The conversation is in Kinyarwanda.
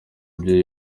ibyo